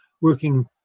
working